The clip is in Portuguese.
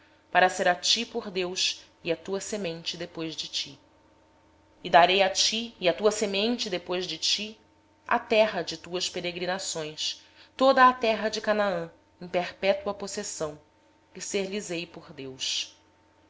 para te ser por deus a ti e à tua descendência depois de ti dar-te-ei a ti e à tua descendência depois de ti a terra de tuas peregrinações toda a terra de canaã em perpétua possessão e serei o seu deus